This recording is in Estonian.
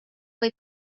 võib